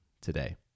today